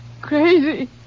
crazy